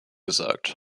gesagt